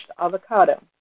avocado